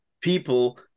people